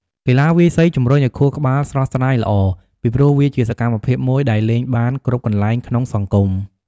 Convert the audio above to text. កីឡាវាយសី ជំរុញឱ្យខួរក្បាលស្រស់ស្រាយល្អ ពីព្រោះវាជាសកម្មភាពមួយដែលលេងបានគ្រប់កន្លែងក្នុងសង្គម។